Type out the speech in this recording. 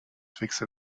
fixe